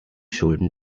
schulden